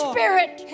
Spirit